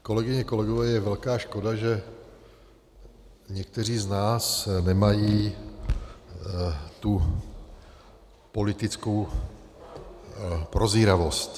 Kolegyně a kolegové, je velká škoda, že někteří z nás nemají politickou prozíravost.